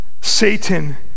Satan